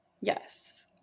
Yes